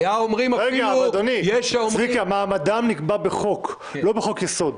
לא בחוק יסוד.